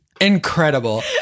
Incredible